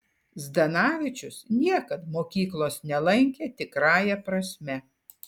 zdanavičius niekad mokyklos nelankė tikrąja prasme